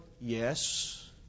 Yes